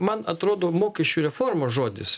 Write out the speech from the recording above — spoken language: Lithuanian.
man atrodo mokesčių reforma žodis